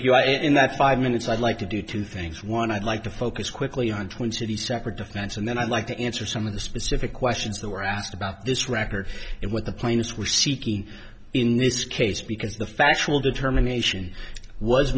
are in that five minutes i'd like to do two things one i'd like to focus quickly hundred into the separate defense and then i'd like to answer some of the specific questions that were asked about this record and what the plaintiffs were seeking in this case because the factual determination was